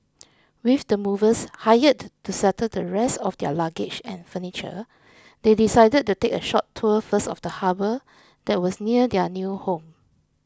with the movers hired to settle the rest of their luggage and furniture they decided to take a short tour first of the harbour that was near their new home